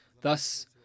Thus